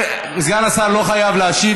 סגן השר לא חייב להשיב.